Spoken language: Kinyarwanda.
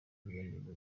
urugendo